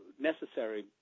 necessary